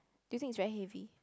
do you think it's very heavy